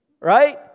Right